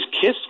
Kiss